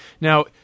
Now